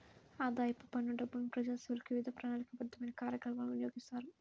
ఆదాయపు పన్ను డబ్బులను ప్రజాసేవలకు, వివిధ ప్రణాళికాబద్ధమైన కార్యకలాపాలకు వినియోగిస్తారు